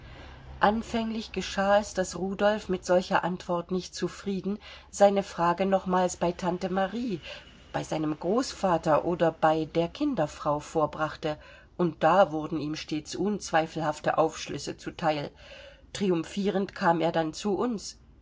anfänglich geschah es daß rudolf mit solcher antwort nicht zufrieden seine frage nochmals bei tante marie bei seinem großvater oder bei der kinderfrau vorbrachte und da wurden ihm stets unzweifelhafte aufschlüsse zu teil triumphierend kam er dann zu uns